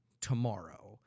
tomorrow